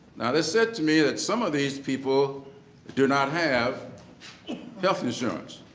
now, they said to me that some of these people do not have health insurance,